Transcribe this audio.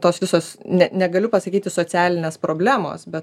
tos visos ne negaliu pasakyti socialinės problemos bet